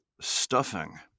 stuffing